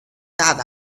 that